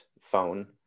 phone